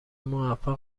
موفق